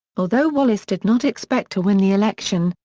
although wallace did not expect to win the election,